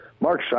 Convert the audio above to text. Mark